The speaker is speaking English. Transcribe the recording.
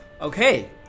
Okay